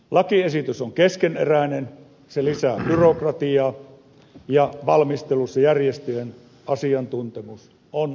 lakiesitys on keskeneräinen se lisää byrokratiaa ja valmistelussa järjestöjen asiantuntemus on laiminlyöty